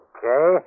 Okay